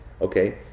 okay